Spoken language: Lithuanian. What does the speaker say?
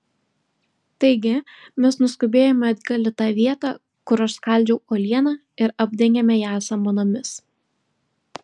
taigi mes nuskubėjome atgal į tą vietą kur aš skaldžiau uolieną ir apdengėme ją samanomis